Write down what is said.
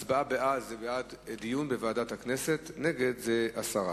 הצבעה בעד זה בעד דיון בוועדת הכנסת, נגד, הסרה.